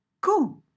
Cool